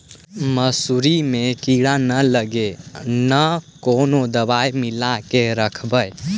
मसुरी मे किड़ा न लगे ल कोन दवाई मिला के रखबई?